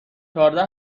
چهارده